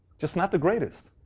just not the greatest.